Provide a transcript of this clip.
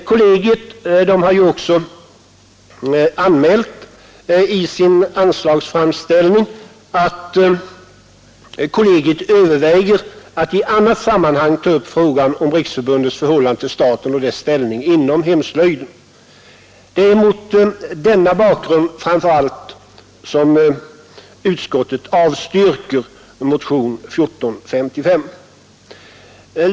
Kollegiet har ju i sin anslagsframställning också anmält, att det överväger att i annat sammanhang ta upp frågan om Riksförbundets förhållande till staten och dess ställning inom hemslöjden. Det är framför allt mot denna bakgrund som utskottet avstyrker motionen 1455.